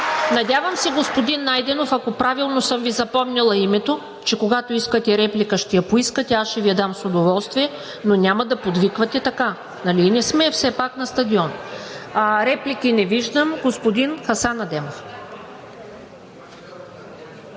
Надявам се, господин Найденов, ако правилно съм Ви запомнила името, че когато искате реплика – ще я поискате, аз ще Ви я дам с удоволствие, но няма да подвиквате така. Не сме все пак на стадиона. Реплики? Не виждам. Господин Хасан Адемов.